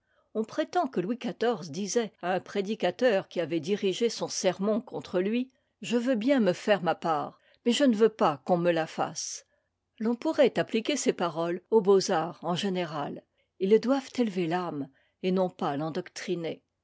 on prétend que louis xiv disait à un prédicateur qui avait dirigé son sermon contre lui je veux bien me faire ma part mais je ne veux pas qu'on me la fasse l'on pourrait appliquer ces paroles aux beaux-arts en générai ils doivent élever famé et non pas l'endoctriner